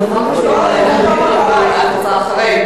הוא עושה.